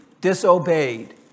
disobeyed